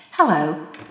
Hello